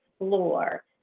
explore